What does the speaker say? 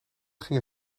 ging